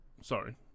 Sorry